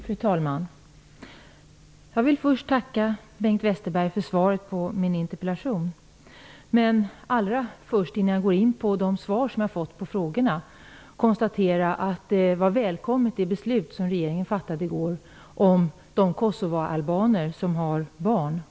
Fru talman! Jag vill först tacka Bengt Westerberg för svaret på min interpellation. Men innan jag går in på de svar som jag har fått på mina frågor vill jag konstatera att det var ett välkommet beslut som regeringen fattade i går om de kosovoalbaner som har barn.